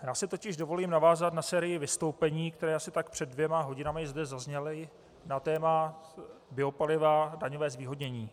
Já si totiž dovolím navázat na sérii vystoupení, která asi tak před dvěma hodinami zde zazněla na téma biopaliva, daňové zvýhodnění.